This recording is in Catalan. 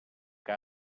que